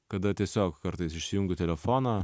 kada tiesiog kartais išsijungiu telefoną